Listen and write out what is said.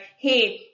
Hey